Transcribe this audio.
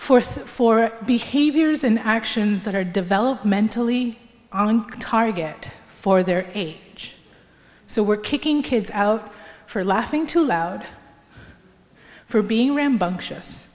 force for behaviors and actions that are developmentally on target for their age so we're kicking kids out for laughing too loud for being rambunctious